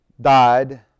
died